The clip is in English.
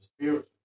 spiritual